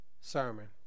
sermon